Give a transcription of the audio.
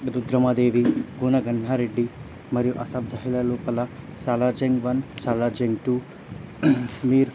రుద్రమాదేవి గోన గన్నారెడ్డి మరియు అసఫ్ జాహీల లోపల సాలర్జంగ్ వన్ సాలర్జంగ్ టూ మీర్